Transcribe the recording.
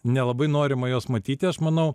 nelabai norima jos matyti aš manau